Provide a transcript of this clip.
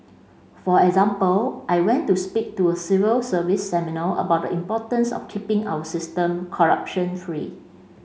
for example I went to speak to a civil service seminal about the importance of keeping our system corruption free